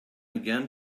again